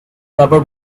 rubber